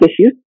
issues